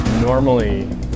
Normally